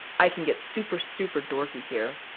i can get super, super dorky here,